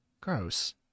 gross